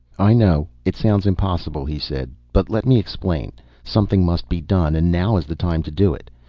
i know it sounds impossible, he said. but let me explain. something must be done and now is the time to do it.